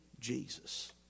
Jesus